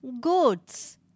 goats